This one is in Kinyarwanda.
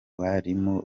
barimu